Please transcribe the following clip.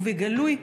ובגלוי,